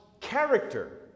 character